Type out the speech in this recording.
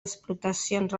explotacions